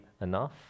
enough